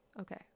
Okay